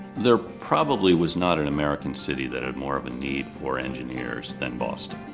there probably was not an american city that had more of a need for engineers than boston.